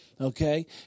okay